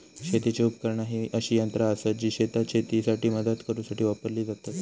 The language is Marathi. शेतीची उपकरणा ही अशी यंत्रा आसत जी शेतात शेतीसाठी मदत करूसाठी वापरली जातत